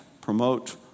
promote